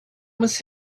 was